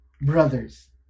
brothers